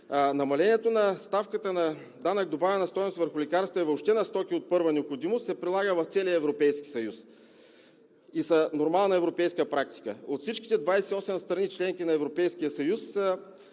Намалението на ставката на данък добавена стойност върху лекарствата и въобще на стоки от първа необходимост, се прилага в целия Европейски съюз и са нормална европейска практика. От всичките 28 страни – членки на Европейския съюз,